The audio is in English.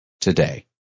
today